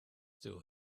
still